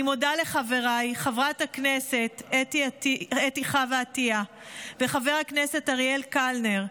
אני מודה לחבריי חברת הכנסת אתי חוה עטייה וחבר הכנסת אריאל קלנר,